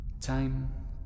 Time